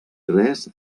res